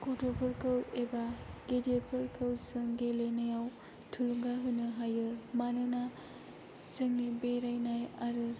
गथ'फोरखौ एबा गिदिरफोरखौ जों गेलेनायाव थुलुंगा होनो हायो मानोना जोंनि बेरायनाय आरो